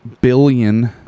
billion